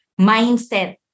mindset